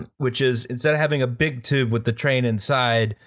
and which is instead of having a big tube with the train inside,